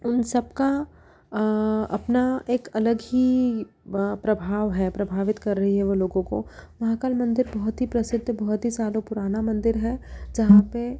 उन सब का अपना एक अलग ही प्रभाव है प्रभावित कर रही है वो लोगों को महाकाल मंदिर बहुत ही प्रसिद्द हुत ही सालों पुराना मंदिर है जहाँ पर